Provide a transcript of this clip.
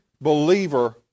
believer